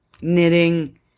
knitting